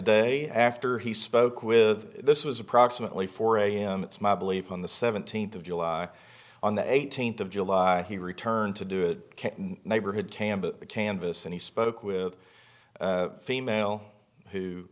day after he spoke with this was approximately four am it's my belief on the seventeenth of july on the eighteenth of july he returned to do it neighborhood canvass and he spoke with a female who